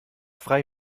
frei